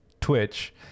Twitch